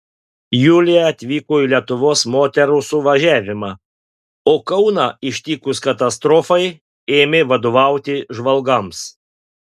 julija atvyko į lietuvos moterų suvažiavimą o kauną ištikus katastrofai ėmė vadovauti žvalgams